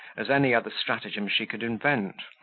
as any other stratagem she could invent.